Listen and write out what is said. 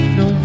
no